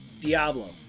Diablo